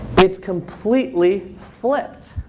it's completely flipped.